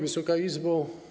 Wysoka Izbo!